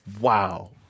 wow